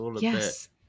Yes